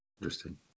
Interesting